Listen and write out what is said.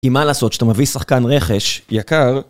כי מה לעשות כשאתה מביא שחקן רכש? יקר.